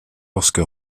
lorsque